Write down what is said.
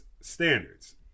standards